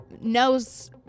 knows